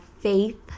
faith